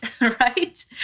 right